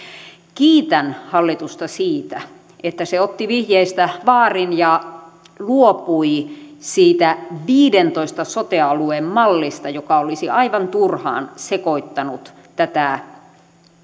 kiitän hallitusta siitä että se otti vihjeestä vaarin ja luopui siitä viiteentoista sote alueen mallista joka olisi aivan turhaan sekoittanut tätä